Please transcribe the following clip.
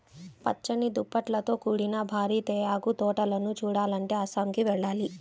పచ్చని దుప్పట్లతో కూడిన భారీ తేయాకు తోటలను చూడాలంటే అస్సాంకి వెళ్ళాలి